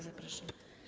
Zapraszam.